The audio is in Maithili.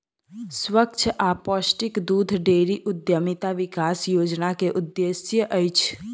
स्वच्छ आ पौष्टिक दूध डेयरी उद्यमिता विकास योजना के उद्देश्य अछि